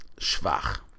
schwach